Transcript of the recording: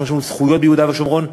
אנחנו, יש לנו זכויות ביהודה ושומרון.